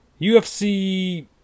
UFC